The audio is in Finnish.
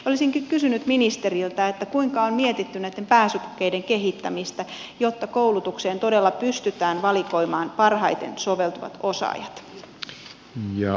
olisinkin kysynyt ministeriltä kuinka on mietitty pääsykokeiden kehittämistä jotta koulutukseen todella pystytään valikoimaan parhaiten soveltuvat osaajat